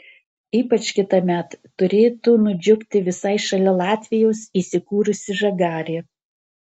ypač kitąmet turėtų nudžiugti visai šalia latvijos įsikūrusi žagarė